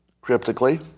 cryptically